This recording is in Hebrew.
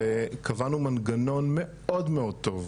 וקבענו מנגנון מאוד מאוד טוב,